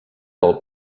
pel